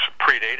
predated